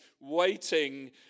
waiting